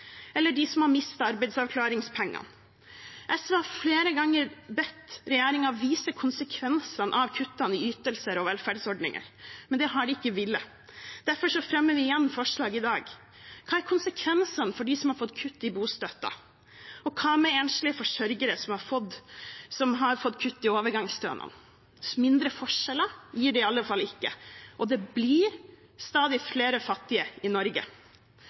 eller de som har mistet arbeidsavklaringspengene. SV har flere ganger bedt regjeringen vise konsekvensene av kuttene i ytelser og velferdsordninger, men det har de ikke villet. Derfor fremmer vi igjen forslag i dag. Hva er konsekvensene for dem som har fått kutt i bostøtten? Og hva med enslige forsørgere som har fått kutt i overgangsstønaden? Mindre forskjeller gir det i alle fall ikke, og det blir stadig flere fattige i Norge.